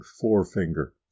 forefinger